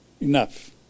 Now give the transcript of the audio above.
Enough